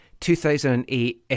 2008